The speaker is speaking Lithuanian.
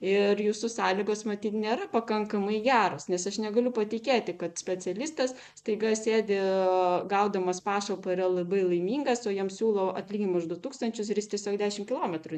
ir jūsų sąlygos matyt nėra pakankamai geros nes aš negaliu patikėti kad specialistas staiga sėdi gaudamas pašalpą yra labai laimingas o jam siūlo atlyginimą už du tūkstančius ir jis tiesiog dešim kilometrų ne